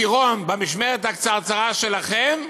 פירון, במשמרת הקצרצרה שלכם,